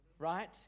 right